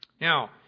Now